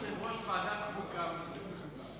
יושב-ראש ועדת חוקה, וזה לא מכובד.